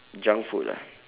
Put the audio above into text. junk food ah